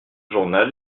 journal